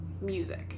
music